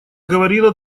говорила